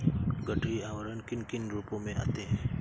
गठरी आवरण किन किन रूपों में आते हैं?